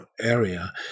area